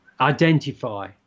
identify